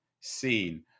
seen